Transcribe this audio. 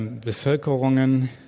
Bevölkerungen